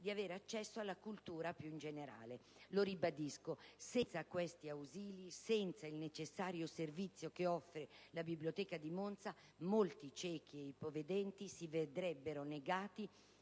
di avere accesso alla cultura più in generale. Lo ribadisco, senza questi ausili, senza il necessario servizio che offre la Biblioteca di Monza, molti ciechi e ipovedenti si vedrebbero negati